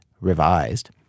Revised